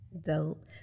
Dope